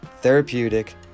therapeutic